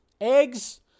eggs